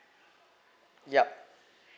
yup